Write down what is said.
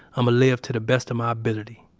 um live to the best of my ability.